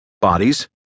Bodies